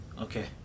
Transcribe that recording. okay